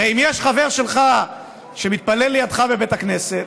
הרי אם יש חבר שלך שמתפלל לידך בבית הכנסת,